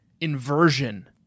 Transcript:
inversion